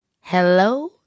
Hello